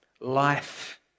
Life